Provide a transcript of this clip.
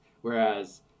Whereas